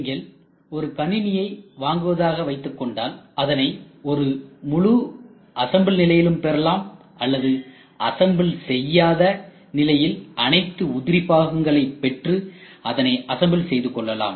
நீங்கள் ஒரு கணினியை வாங்குவதாக வைத்துக் கொண்டால் அதனை ஒரு முழு அசம்பிள் நிலையிலும் பெறலாம் அல்லது அசம்பிள் செய்யாத நிலையில் அனைத்து உதிரிபாகங்களை பெற்று அதனை அசம்பிள் செய்து கொள்ளலாம்